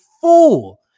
fool